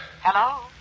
Hello